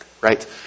right